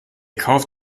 kauft